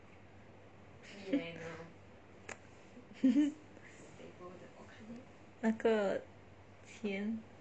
那个钱